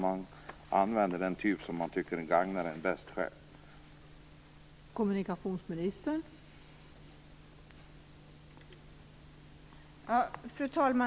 Man använder det sätt som man tycker gagnar en själv bäst.